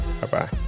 Bye-bye